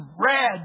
red